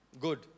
good